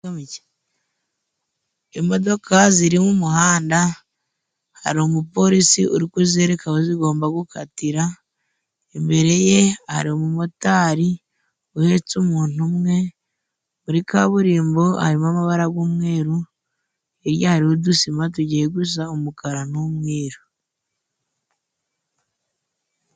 Imodoka ziri mu muhanda, hari umupolisi uri kuzereka aho zigomba gukatira, imbere ye hari umumotari uhetse umuntu umwe, muri kaburimbo harimo amabara g'umweru, hirya hariho udusima tugiye gusa umukara n'umwiru.